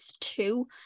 two